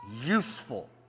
useful